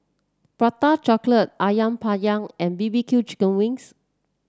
Prata Chocolate ayam Penyet and B B Q Chicken Wings